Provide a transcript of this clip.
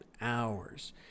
hours